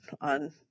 on